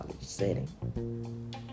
setting